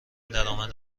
درامد